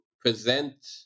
present